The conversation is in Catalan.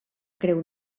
creu